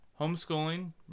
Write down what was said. Homeschooling